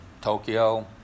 Tokyo